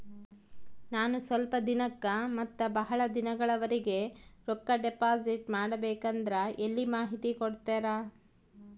ನಾನು ಸ್ವಲ್ಪ ದಿನಕ್ಕ ಮತ್ತ ಬಹಳ ದಿನಗಳವರೆಗೆ ರೊಕ್ಕ ಡಿಪಾಸಿಟ್ ಮಾಡಬೇಕಂದ್ರ ಎಲ್ಲಿ ಮಾಹಿತಿ ಕೊಡ್ತೇರಾ?